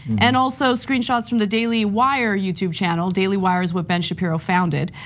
and also screenshots from the daily wire youtube channel, daily wire's what ben shapiro founded.